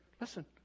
Listen